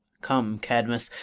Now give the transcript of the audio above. come, cadmus,